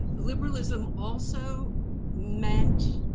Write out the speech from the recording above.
liberalism also meant,